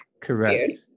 Correct